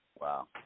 Wow